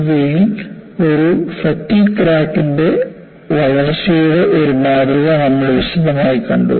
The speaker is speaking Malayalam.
ഇവയിൽ ഒരു ഫാറ്റിഗ് ക്രാക്ക് ഇൻറെ വളർച്ചയുടെ ഒരു മാതൃക നമ്മൾ വിശദമായി കണ്ടു